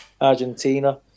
Argentina